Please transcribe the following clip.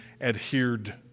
adhered